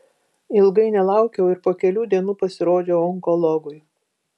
ilgai nelaukiau ir po kelių dienų pasirodžiau onkologui